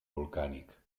volcànic